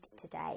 today